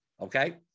okay